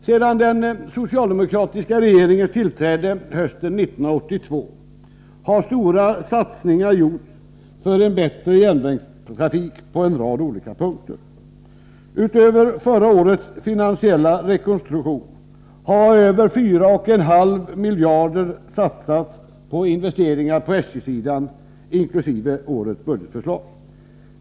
Sedan den socialdemokratiska regeringen tillträdde hösten 1982 har stora satsningar gjorts för en bättre järnvägstrafik på en rad olika punkter. Utöver förra årets finansiella rekonstruktion har över 4,5 miljarder satsats på investeringar på SJ-sidan, inkl. årets budgetförslag.